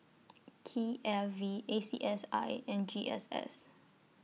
K I V A C S I and G S S